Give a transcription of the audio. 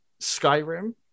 Skyrim